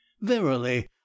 verily